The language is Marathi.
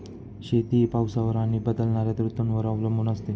शेती ही पावसावर आणि बदलणाऱ्या ऋतूंवर अवलंबून असते